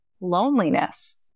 loneliness